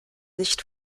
nicht